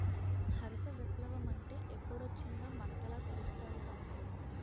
హరిత విప్లవ మంటే ఎప్పుడొచ్చిందో మనకెలా తెలుస్తాది తమ్ముడూ?